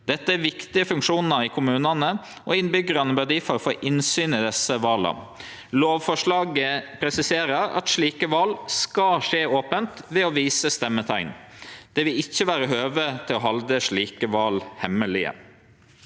Dette er viktige funksjonar i kommunane, og innbyggjarane bør difor få innsyn i desse vala. Lovforslaget presiserer at slike val skal skje ope ved å vise stemmeteikn. Det vil ikkje vere høve til å halde slike val hemmelege.